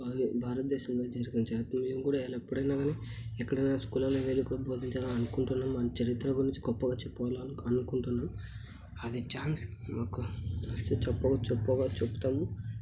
అది భారతదేశంలో జరిగిన మేము కూడా అలా ఎప్పుడైనా కానీ ఎక్కడైనా స్కూళ్ళలో వీళ్ళకు కూడా బోధించాలని అనుకుంటున్నాము మన చరిత్ర గురించి గొప్పగా చెప్పుకోవాలి అనుకుంటున్నాము అది ఛాన్స్ మాకు వస్తే చెబుతాము